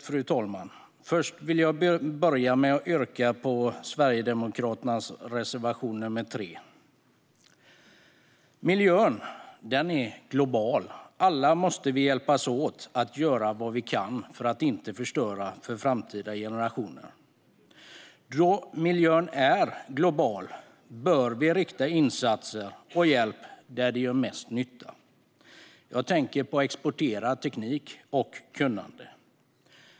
Fru talman! Först vill jag yrka bifall till Sverigedemokraternas reservation 3. Miljön är global. Vi måste alla hjälpas åt att göra vad vi kan för att inte förstöra för framtida generationer. Då miljön är global bör vi rikta insatserna och hjälpen där de gör mest nytta. Jag tänker på att exportera teknik och kunnande.